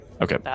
Okay